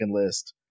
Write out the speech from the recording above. list